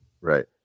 Right